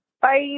bye